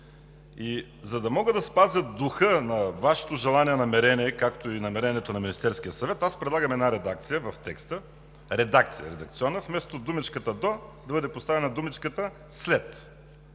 И за да мога да спазя духа на Вашето желание и намерение, както и намерението на Министерския съвет, аз предлагам редакция в текста – вместо думичката „до“ да бъде поставена думичката „след“.